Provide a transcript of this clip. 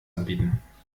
anbieten